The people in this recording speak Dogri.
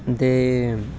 दे